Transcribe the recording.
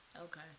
okay